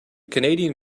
canadian